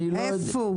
איפה הוא?